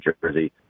Jersey